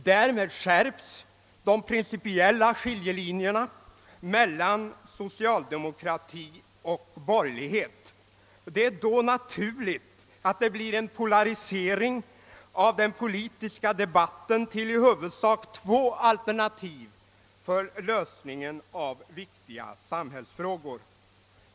Därmed skärpes de principiella skiljelinjerna mellan socialdemokrati och borgerlighet. Det är då naturligt att det blir en polarisering av den politiska debatten till i huvudsak två alternativ för lösningen av viktiga samhällsfrågor.